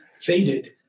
faded